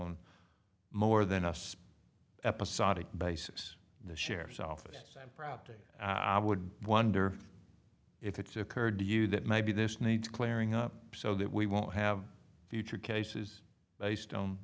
on more than a spy episodic basis the sheriff's office i'm proud to say i would wonder if it's occurred to you that maybe this needs clearing up so that we won't have future cases based on